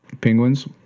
Penguins